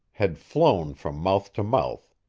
had flown from mouth to mouth,